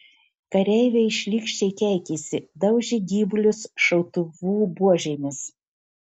kareiviai šlykščiai keikėsi daužė gyvulius šautuvų buožėmis